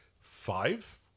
five